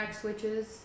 switches